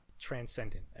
Transcendent